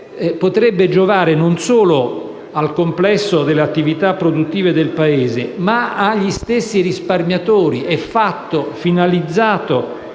potrebbe giovare non solo al complesso delle attività produttive del Paese, ma agli stessi risparmiatori e finalizzato